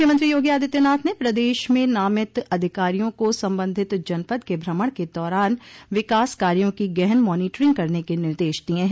मुख्यमंत्री योगी आदित्यनाथ ने प्रदेश में नामित अधिकारियों को संबंधित जनपद के भ्रमण के दौरान विकास कार्यो की गहन मानीटरिंग करने के निर्देश दिये है